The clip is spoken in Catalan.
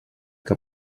que